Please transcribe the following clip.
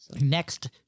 Next